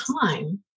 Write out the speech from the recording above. time